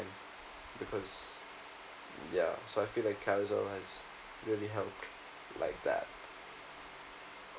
because ya so I feel like Carousell has really helped like that